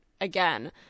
again